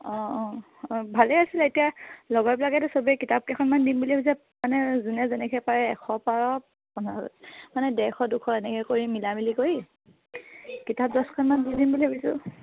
অঁ অঁ অঁ ভালেই আছিলে এতিয়া লগৰবিলাকেতো চবেই কিতাপকেইখনমান দিম বুলি ভাবিছে মানে যোনে যেনেকৈ পাৰে এশ পাৰ মানে ডেৰশ দুশ এনেকৈ কৰি মিলামিলি কৰি কিতাপ দহখনমান দি দিম বুলি ভাবিছোঁ